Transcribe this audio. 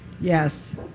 Yes